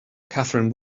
kathryn